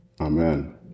Amen